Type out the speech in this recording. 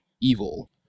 evil